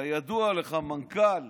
כידוע לך, מנכ"ל